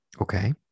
Okay